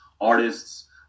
artists